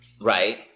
Right